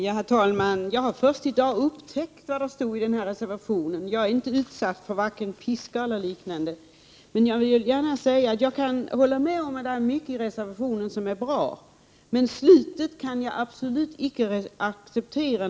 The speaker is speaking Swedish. Herr talman! Jag har först i dag upptäckt vad som stod i den här reservationen. Jag har inte varit utsatt för vare sig piska eller något liknande, men jag vill gärna säga att jag kan hålla med om att det finns mycket i reservationen som är bra. Men slutet kan jag absolut icke acceptera.